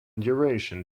duration